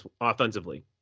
offensively